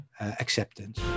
acceptance